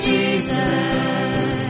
Jesus